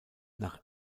nach